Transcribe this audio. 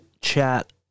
chat